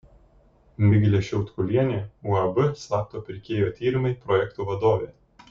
miglė šiautkulienė uab slapto pirkėjo tyrimai projektų vadovė